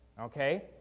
okay